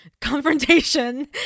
confrontation